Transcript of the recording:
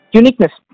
uniqueness